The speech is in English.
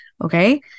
okay